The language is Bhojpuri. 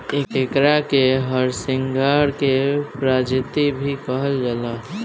एकरा के हरसिंगार के प्रजाति भी कहल जाला